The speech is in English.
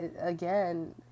again